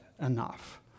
enough